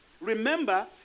Remember